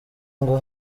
ngo